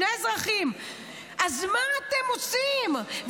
אז מה אתם עושים?